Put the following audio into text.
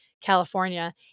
California